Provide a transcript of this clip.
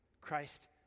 Christ